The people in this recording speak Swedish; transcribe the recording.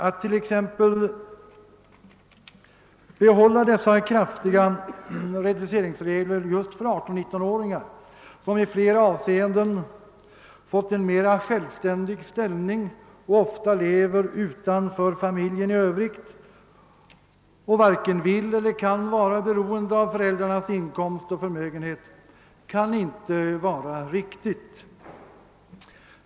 Att I. ex. behålla dessa kraftiga reduceringsregler för 18—19-åringar, som i flera avseenden fått en mera självständig ställning och ofta lever utanför familjen och varken vill eller kan vara beroende av föräldrarnas inkomst och förmögenhet, kan inte vara riktigt.